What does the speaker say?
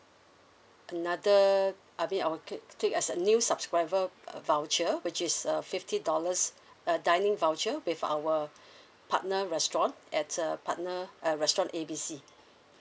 another I mean I'll take take as a new subscriber uh voucher which is a fifty dollars uh dining voucher with our partner restaurant at uh partner a restaurant A B C